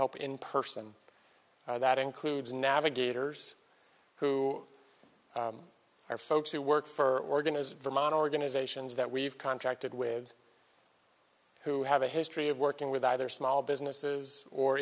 help in person that includes navigators who are folks who work for organ is vermont organizations that we've contracted with who have a history of working with either small businesses or